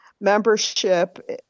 membership